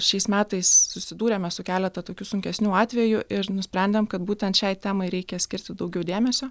šiais metais susidūrėme su keleta tokių sunkesnių atvejų ir nusprendėme kad būtent šiai temai reikia skirti daugiau dėmesio